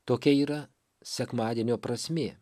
tokia yra sekmadienio prasmė